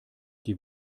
die